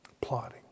plotting